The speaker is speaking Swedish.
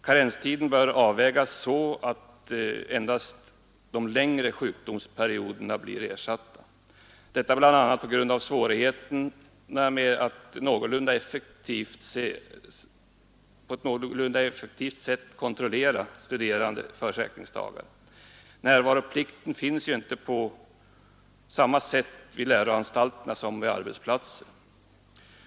Karenstiden bör avvägas så, att endast de längre sjukdomsperioderna blir ersatta, detta bl.a. på grund av svårigheterna att på ett någorlunda effektivt sätt kontrollera de studerandes sjukdagar — närvaroplikten finns ju inte på samma sätt vid läroanstalter som på arbetsplatser.